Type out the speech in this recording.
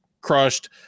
crushed